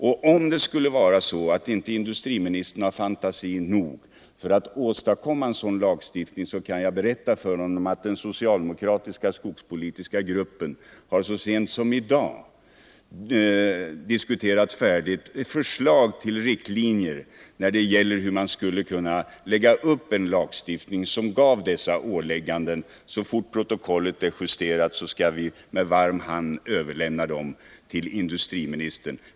Om det skulle vara så att industriministern inte har fantasi nog för att åstadkomma en sådan lagstiftning, kan jag berätta för honom att den socialdemokratiska skogspolitiska gruppen så sent som i dag har diskuterat färdigt ett förslag till riktlinjer för hur man skall lägga upp en lagstiftning som ger dessa ålägganden. Så fort protokollet är justerat skall vi med varm hand överlämna detta förslag till industriministern.